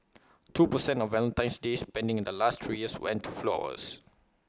two per cent of Valentine's day spending in the last three years went to flowers